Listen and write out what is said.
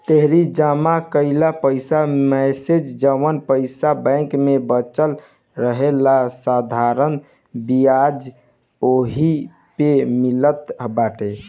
तोहरी जमा कईल पईसा मेसे जवन पईसा बैंक में बचल रहेला साधारण बियाज ओही पअ मिलत बाटे